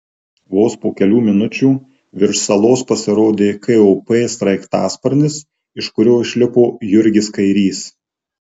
vos po kelių minučių virš salos pasirodė kop sraigtasparnis iš kurio išlipo jurgis kairys